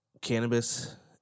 cannabis